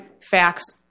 facts